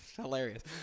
Hilarious